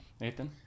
Nathan